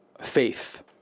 faith